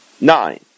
nine